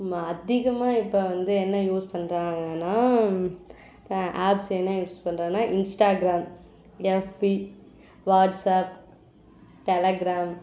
மா அதிகமாக இப்போ வந்து என்ன யூஸ் பண்ணுறாங்கன்னா ஆப்ஸ் என்ன யூஸ் பண்ணுறாங்கன்னா இன்ஸ்டாக்ராம் எஃப்பி வாட்ஸ்அப் டெலக்ராம்